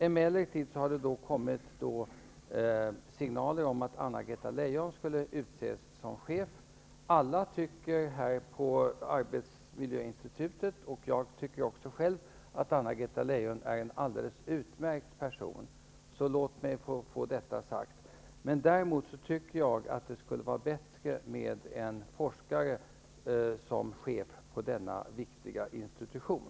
Emellertid har det kommit signaler om att Anna-Greta Leijon skulle utses som chef. Alla på arbetsmiljöinstitutet tycker, liksom jag själv, att Anna-Greta Leijon är en alldeles utmärkt person. Låt mig få detta sagt. Däremot tycker jag att det skulle vara bättre med en forskare som chef på denna viktiga institution.